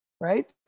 right